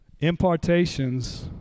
Impartations